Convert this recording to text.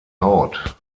haut